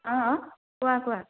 অঁ অঁ কোৱা কোৱা